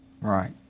Right